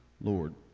Lord